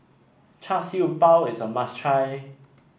Char Siew Bao is a must try